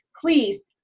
please